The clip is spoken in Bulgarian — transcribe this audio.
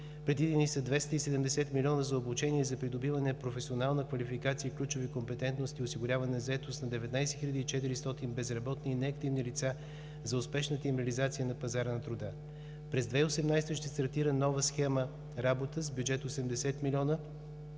Предвидени са 270 млн. лв. за обучение за придобиване на професионална квалификация и ключови компетентности, осигуряване на заетост на 19 400 безработни неактивни лица за успешната им реализация на пазара на труда. През 2018 г. ще стартира нова схема „Работа“ с бюджет 80 млн.